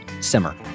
simmer